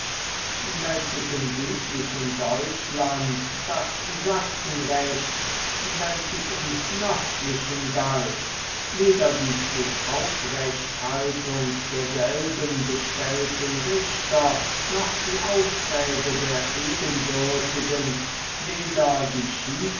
welches im südlichen deutschland das sachsenrecht welches im nördlichen galt weder die zu aufrechthaltung derselben bestellten richter noch die austräge der ebenbürtigen weder die